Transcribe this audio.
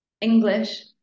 English